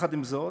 עם זאת,